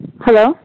Hello